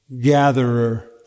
gatherer